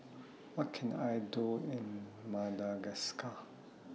What Can I Do in Madagascar